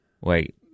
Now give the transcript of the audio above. wait